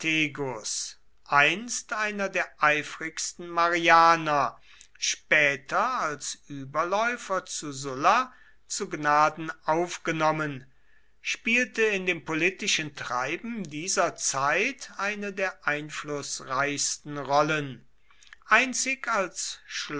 einst einer der eifrigsten marianer später als überläufer zu sulla zu gnaden aufgenommen spielte in dem politischen treiben dieser zeit eine der einflußreichsten rollen einzig als